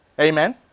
amen